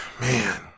man